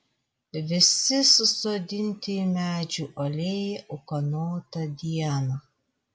visi susodinti į medžių alėją ūkanotą dieną